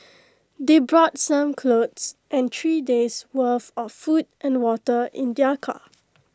they brought some clothes and three days' worth of food and water in their car